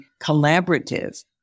collaborative